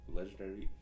legendary